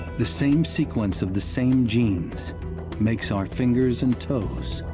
the same sequence of the same genes makes our fingers and toes.